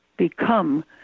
Become